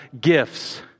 gifts